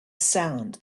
sound